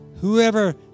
Whoever